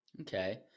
Okay